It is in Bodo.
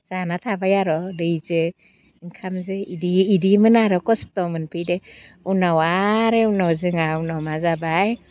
जाना थाबाय आरो दैजो ओंखामजो इदिमोन आरो खस्थ' मोनफैदो उनाव आरो उनाव जोंहा उनाव मा जाबाय